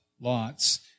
lots